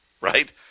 Right